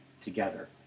together